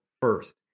first